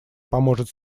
поможет